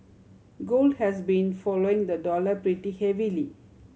gold has been following the dollar pretty heavily